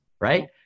right